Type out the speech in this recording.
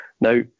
now